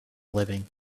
living